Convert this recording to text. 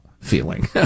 feeling